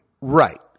Right